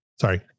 Sorry